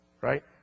right